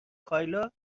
کایلا